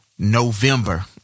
November